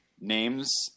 names